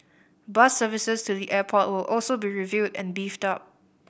bus services to the airport will also be reviewed and beefed up